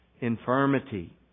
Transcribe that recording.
infirmity